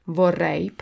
vorrei